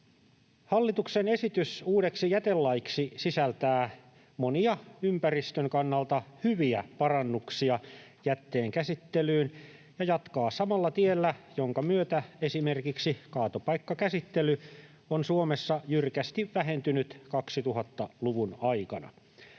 Hallituksen esitys uudeksi jätelaiksi sisältää monia ympäristön kannalta hyviä parannuksia jätteenkäsittelyyn ja jatkaa samalla tiellä, jonka myötä esimerkiksi kaatopaikkakäsittely on Suomessa jyrkästi vähentynyt 2000-luvun aikana.